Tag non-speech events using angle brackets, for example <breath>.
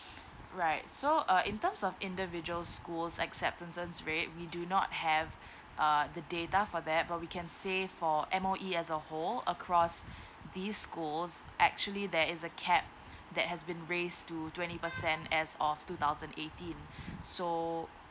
<breath> right so uh in terms of individual schools acceptances rate we do not have <breath> uh the data for that but we can say for M_O_E as a whole across <breath> this school actually there is a capped that has been raised to twenty percent as of two thousand eighteen <breath> so